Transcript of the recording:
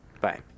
Bye